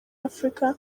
africa